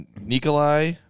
Nikolai